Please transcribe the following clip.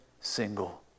single